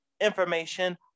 information